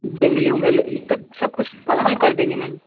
जंगले ओंगले मतलब सब कुछ हम कर देंगे मैम